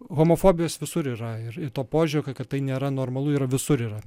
homofobijos visur yra ir ir to požiūrio kad tai nėra normalu yra visur yra